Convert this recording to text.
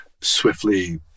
swiftly